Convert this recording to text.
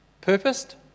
Purposed